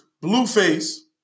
Blueface